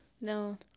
no